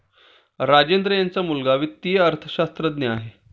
राजेंद्र यांचा मुलगा वित्तीय अर्थशास्त्रज्ञ आहे